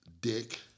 dick